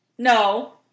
No